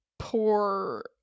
poor